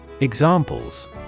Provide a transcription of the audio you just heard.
Examples